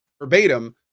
verbatim